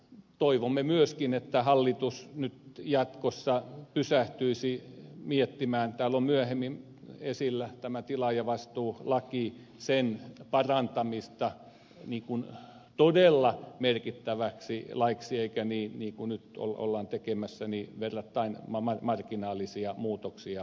toivomme myöskin että hallitus nyt jatkossa pysähtyisi miettimään kun täällä on myöhemmin esillä tilaajavastuulaki sen parantamista todella merkittäväksi laiksi eikä niin kuin nyt kun ollaan tekemässä verrattain marginaalisia muutoksia